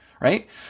right